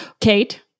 Kate